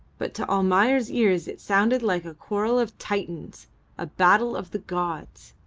but to almayer's ears it sounded like a quarrel of titans a battle of the gods.